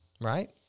right